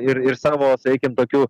ir ir savo sakykim tokiu